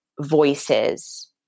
voices